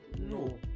no